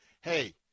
hey